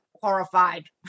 horrified